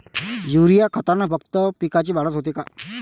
Urea खतानं फक्त पिकाची वाढच होते का?